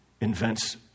invents